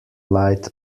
light